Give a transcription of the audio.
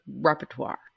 repertoire